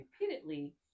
repeatedly